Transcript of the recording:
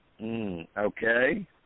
Okay